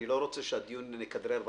אני לא רוצה שנכדרר ברחבה.